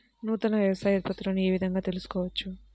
నూతన వ్యవసాయ ఉత్పత్తులను ఏ విధంగా తెలుసుకోవచ్చు?